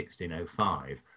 1605